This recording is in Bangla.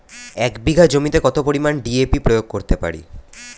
এক বিঘা জমিতে কত পরিমান ডি.এ.পি প্রয়োগ করতে পারি?